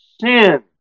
Sin